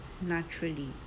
naturally